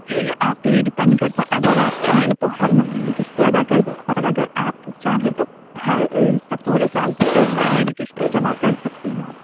یہ آپ پہ بھی ڈیپنڈ کرتا ہے اگر آپ چاہیں تو ہر مہینے قسطیں ادا کر دیں اور اگر آپ چاہیں تو ہر پورے سال کی ایک بار میں بھی قسطیں جمع کر سکتی ہیں